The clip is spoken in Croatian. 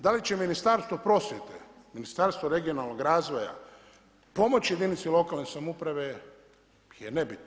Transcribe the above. Da li će Ministarstvo prosvjete, Ministarstvo regionalnog razvoja pomoći jedinici lokalne samouprave je nebitno.